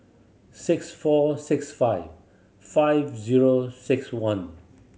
six four six five five zero six one